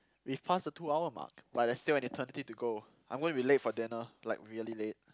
we've passed the two hour mark but there's still an eternity to go I'm gonna be late for dinner like really late